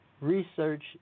Research